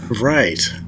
right